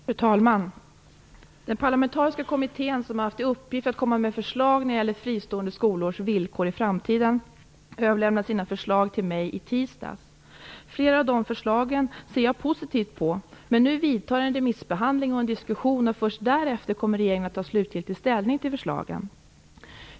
Fru talman! Den parlamentariska kommittén som haft till uppgift att komma med förslag när det gäller fristående skolors villkor i framtiden överlämnade sina förslag till mig i tisdags. Flera av de förslagen ser jag positivt på. Nu vidtar en remissbehandling och en diskussion, och först därefter kommer regeringen att ta slutlig ställning till förslagen.